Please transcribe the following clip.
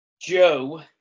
Joe